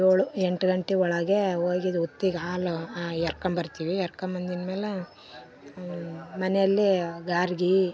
ಏಳು ಎಂಟು ಗಂಟೆ ಒಳಗೇ ಹೋಗಿ ಹುತ್ತಿಗ್ ಹಾಲು ಎರ್ಕೊಬರ್ತೀವಿ ಎರ್ಕೊಬಂದಿದ್ ಮೇಲೆ ಮನೆಯಲ್ಲಿ ಗಾರ್ಗಿ